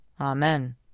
Amen